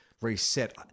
reset